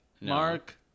Mark